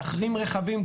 להחרים רכבים,